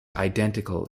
identical